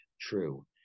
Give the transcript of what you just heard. true